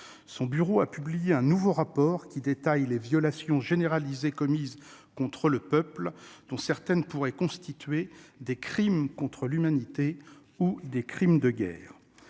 Son bureau a publié un nouveau rapport qui détaille les violations généralisées commises contre le peuple, dont certaines pourraient constituer des crimes contre l'humanité ou des crimes de guerre.